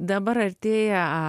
dabar artėja